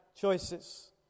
choices